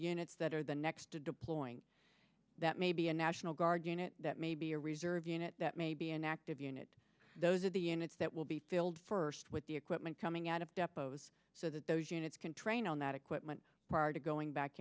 units that are the next to deploying that may be a national guard unit that may be a reserve unit that may be an active unit those are the units that will be filled first with the equipment coming out of depos so that those units can train on that equipment prior to going back